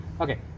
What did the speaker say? okay